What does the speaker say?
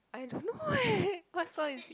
I don't know eh what song is